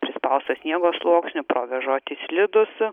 prispausto sniego sluoksniu provėžoti slidūs